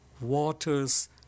waters